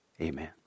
Amen